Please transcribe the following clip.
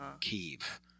kiev